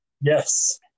Yes